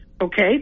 Okay